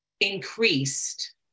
increased